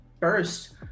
first